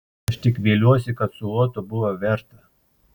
aš tik viliuosi kad su otu buvo verta